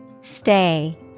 Stay